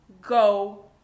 Go